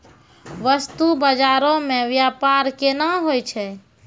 बस्तु बजारो मे व्यपार केना होय छै?